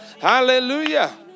hallelujah